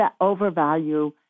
overvalue